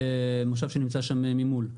מושב שנמצא שם ממול,